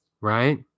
right